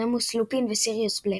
רמוס לופין וסיריוס בלק.